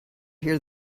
hear